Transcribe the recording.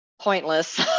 pointless